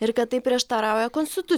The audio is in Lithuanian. ir kad tai prieštarauja konstitucijai